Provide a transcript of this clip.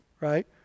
Right